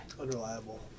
unreliable